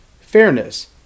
fairness